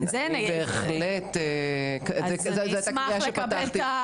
אני בהחלט אשמח, זו הייתה הקריאה שפתחתי.